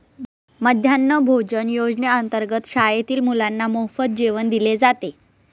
मध्यान्ह भोजन योजनेअंतर्गत शाळेतील मुलांना मोफत जेवण दिले जाते